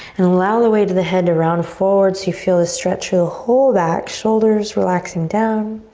and allow the weight of the head to round forward so you feel the stretch through the whole back, shoulders relaxing down.